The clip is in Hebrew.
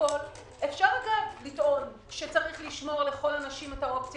אפשר לטעון שצריך לשמור לכל הנשים את האופציה